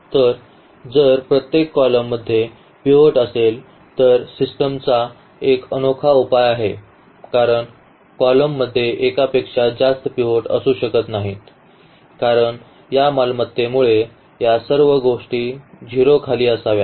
तर जर प्रत्येक column मध्ये पिव्होट असेल तर सिस्टीमचा एक अनोखा उपाय आहे कारण column मध्ये एकापेक्षा जास्त पिव्होट असू शकत नाहीत कारण या मालमत्तेमुळे या सर्व गोष्टी 0 खाली असाव्या